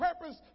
purpose